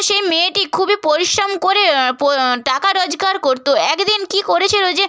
সে মেয়েটি খুবই পরিশ্রম করে পো টাকা রোজগার করত একদিন কী করেছিল যে